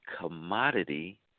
commodity